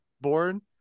born